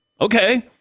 okay